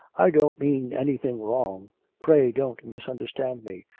i don't mean anything wrong pray don't misunderstand me.